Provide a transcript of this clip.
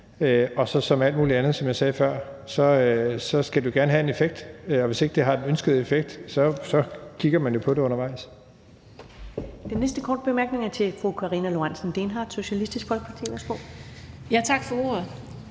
og som alt muligt andet skal det, som jeg sagde før, jo gerne have en effekt, og hvis ikke det har den ønskede effekt, kigger man jo på det undervejs.